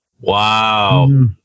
Wow